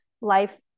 life